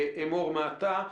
אמור מעתה.